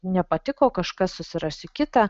nepatiko kažkas susirasiu kitą